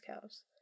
cows